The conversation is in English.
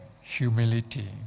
humility